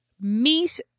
meet